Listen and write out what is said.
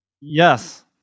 Yes